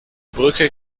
brücke